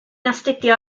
astudio